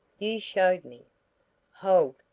you showed me hold,